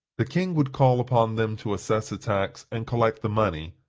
the king would call upon them to assess a tax and collect the money,